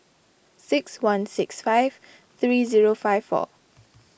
six one six five three zero five four